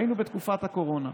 והיינו בתקופת הקורונה.